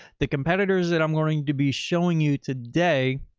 the competitors that i'm learning to be showing you today.